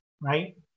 right